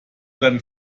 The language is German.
deinen